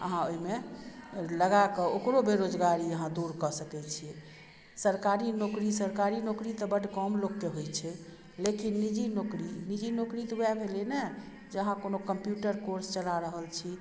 अहाँ ओइमे लगाकऽ ओकरो बेरोजगारी अहाँ दूरकऽ सकय छियै सरकारी नौकरी सरकारी नौकरी तऽ बड्ड कम लोकके होइ छै लेकिन निजी नौकरी निजी नौकरी तऽ वएह भेलय ने जे अहाँ कोनो कम्प्यूटर कोर्स चला रहल छी